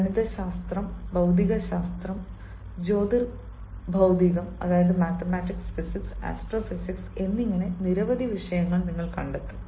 ഗണിതശാസ്ത്രം ഭൌതികശാസ്ത്രം ജ്യോതിർഭൌതികം mathematics physics astrophysics എന്നിങ്ങനെ നിരവധി വിഷയങ്ങൾ നിങ്ങൾ കണ്ടെത്തും